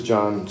John